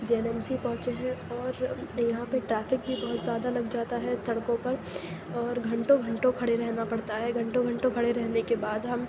جے N M C پہنچے ہیں اور یہاں پہ ٹریفیک بھی بہت زیادہ لگ جاتا ہے سڑکوں پر اور گھنٹوں گھنٹوں کھڑے رہنا پڑتا ہے گھنٹوں گھنٹوں کھڑے رہنے کے بعد ہم